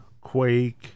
Quake